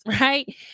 right